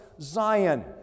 Zion